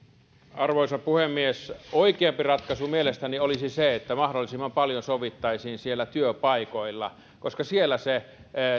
arvoisa puhemies oikeampi ratkaisu mielestäni olisi se että mahdollisimman paljon sovittaisiin siellä työpaikoilla koska siellä se